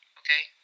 okay